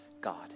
God